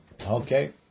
Okay